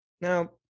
now